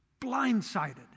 Blindsided